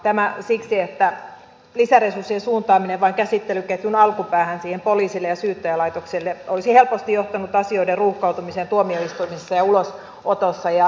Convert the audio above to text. tämä siksi että lisäresurssien suuntaaminen vain käsittelyketjun alkupäähän poliisille ja syyttäjälaitokselle olisi helposti johtanut asioiden ruuhkautumiseen tuomioistuimissa ja ulosotossa